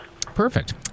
Perfect